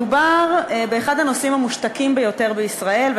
מדובר באחד הנושאים המושתקים ביותר בישראל,